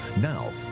Now